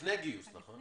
אתה לפני גיוס, נכון?